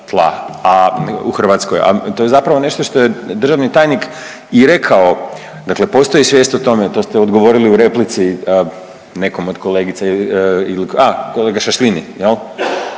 tla. A u Hrvatskoj a to je zapravo nešto što je državni tajnik i rekao, dakle postoji svijest o tome, to ste odgovorili u replici nekom od kolegica ili, a kolega Šašlin je.